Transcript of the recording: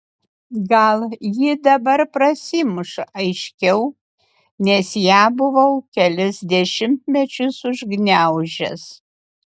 gal ji dabar prasimuša aiškiau nes ją buvau kelis dešimtmečius užgniaužęs